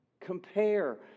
compare